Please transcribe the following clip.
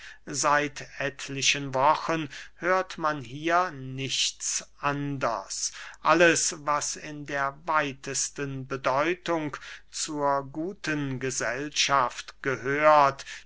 seit etlichen wochen hört man hier nichts anders alles was in der weitesten bedeutung zur guten gesellschaft gehört